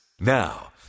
Now